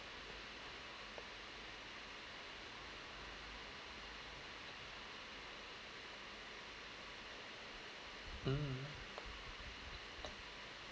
mm